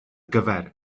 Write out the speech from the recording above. gyfer